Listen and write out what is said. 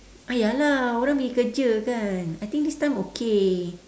ah ya lah orang pergi kerja kan I think this time okay